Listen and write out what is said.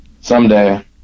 Someday